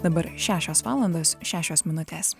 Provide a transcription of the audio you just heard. dabar šešios valandos šešios minutės